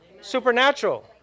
Supernatural